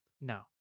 No